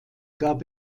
gab